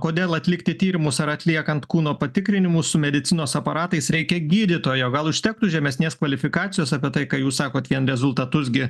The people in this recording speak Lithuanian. kodėl atlikti tyrimus ar atliekant kūno patikrinimus su medicinos aparatais reikia gydytojo gal užtektų žemesnės kvalifikacijos apie tai ką jūs sakot vien rezultatus gi